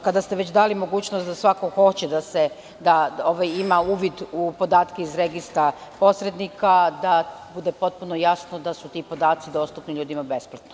Kada ste već dali mogućnost da svako ko hoće da ima uvid u podatke iz registra posrednika, da bude potpuno jasno da su ti podaci dostupni ljudima besplatno.